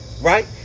right